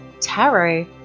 tarot